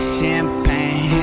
champagne